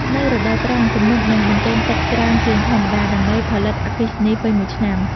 នៅរដូវប្រាំង ទំនប់នឹងបញ្ចេញទឹកច្រើនជាងធម្មតា ដើម្បីផលិតអគ្គិសនីពេញមួយឆ្នាំ។